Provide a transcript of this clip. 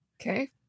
Okay